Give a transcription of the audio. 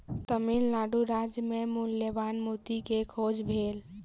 तमिल नाडु राज्य मे मूल्यवान मोती के खोज भेल